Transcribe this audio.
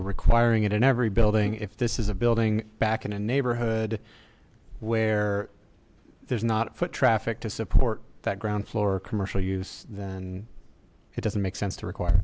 so requiring it in every building if this is a building back in a neighborhood where there's not foot traffic to support that ground floor or commercial use then it doesn't make sense to require